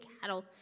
cattle